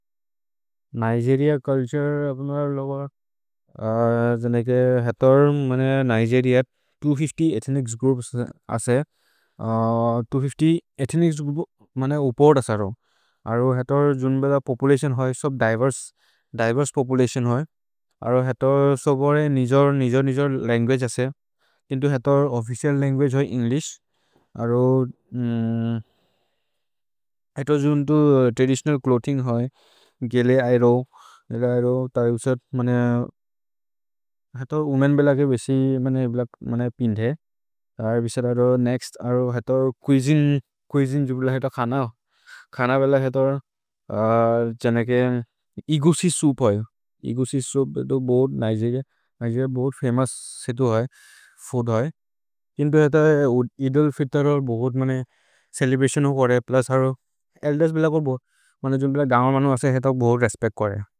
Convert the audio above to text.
Nigeria culture अप्नर लबर्, जनके हतर् मने निगेरिअ दो सौ पचास एथ्निच्स् ग्रोउप्स् असे, दो सौ पचास एथ्निच्स् ग्रोउप्स् मने उपर् असरो। अरो हतर् जुन् बेल पोपुलतिओन् होये, सोब् दिवेर्से पोपुलतिओन् होये। अरो हतर् सोबरे निजोर् निजोर् निजोर् लन्गुअगे असे, केन्तु हतर् ओफ्फिचिअल् लन्गुअगे होये एन्ग्लिश्। अरो हतर् जुन्तु त्रदितिओनल् च्लोथिन्ग् होये, गेले अएरो। गेले अएरो, तर् उसत् मने हतर् वोमेन् बेल के बेसि मने पिन्थे। अरो हतर् चुइसिने, चुइसिने जुपिल हतर् खन होये। खन बेल हतर् जनके एगुसि सोउप् होये। एगुसि सोउप् हतर् बोहुत् निगेरिअ, निगेरिअ बोहुत् फमोउस् सेतु होये, फूद् होये। केन्तु हतर् इदोल् फितर् बोहुत् मने चेलेब्रतिओन् होये, प्लुस् अरो एल्देर्स् बेल बोहुत्। मने जुन् बेल दम मनो असे हतर् बोहुत् रेस्पेच्त् होये।